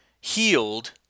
healed